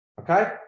Okay